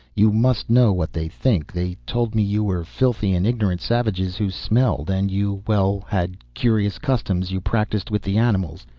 you must know what they think. they told me you were filthy and ignorant savages who smelled. and you. well, had curious customs you practiced with the animals.